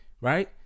right